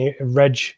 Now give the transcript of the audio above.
Reg